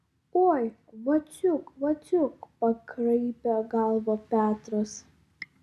oi vaciuk vaciuk pakraipė galvą petras